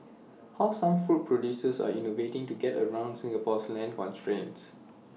how some food producers are innovating to get around Singapore's land constraints